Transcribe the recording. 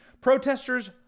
protesters